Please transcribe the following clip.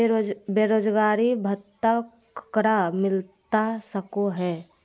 बेरोजगारी भत्ता ककरा मिलता सको है?